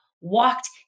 walked